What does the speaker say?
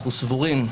אנו סבורים,